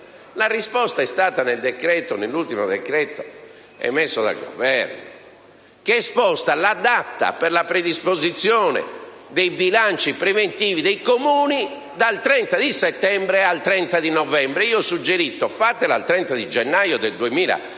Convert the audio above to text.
La risposta è stata data nell'ultimo decreto emanato dal Governo, che ha spostato la data per l'approvazione dei bilanci preventivi dei Comuni dal 30 settembre al 30 novembre. Io ho suggerito di spostare al 31 gennaio 2014